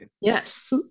Yes